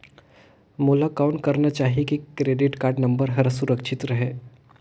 मोला कौन करना चाही की क्रेडिट कारड नम्बर हर सुरक्षित रहे?